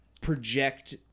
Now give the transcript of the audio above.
project